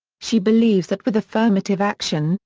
she believes that with affirmative action,